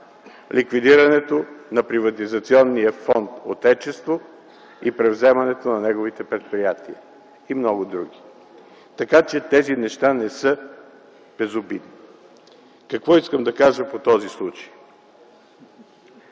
ликвидирането на Приватизационния фонд „Отечество” и превземането на неговите предприятия, и много други. Така че тези неща не са безобидни. Какво искам да кажа по този случай?